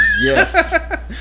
Yes